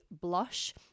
Blush